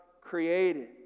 created